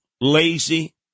lazy